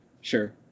Sure